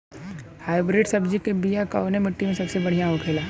Hybrid सब्जी के बिया कवने मिट्टी में सबसे बढ़ियां होखे ला?